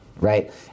Right